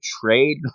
trade